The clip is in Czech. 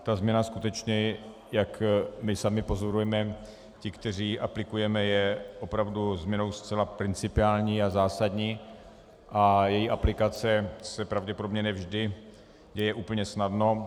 Ta změna skutečně, jak my sami pozorujeme, ti kteří ji aplikujeme, je opravdu změnou zcela principiální a zásadní a její aplikace se pravděpodobně ne vždy děje úplně snadno.